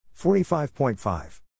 45.5